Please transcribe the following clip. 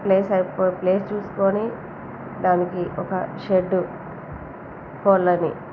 place అయిపోయి place చూసుకొని దానికి ఒక షెడ్డు కోళ్ళని